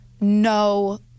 no